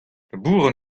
labourat